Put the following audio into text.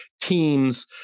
teams